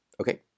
Okay